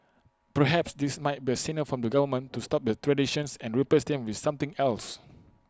perhaps this might be A signal from the government to stop the traditions and replace them with something else